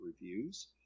reviews